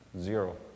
Zero